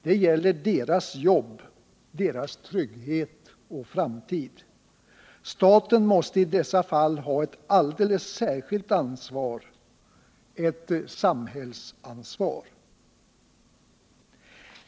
Det gäller deras jobb, deras trygghet och framtid. Staten måste i dessa fall ha ett alldeles särskilt ansvar — ett samhällsansvar.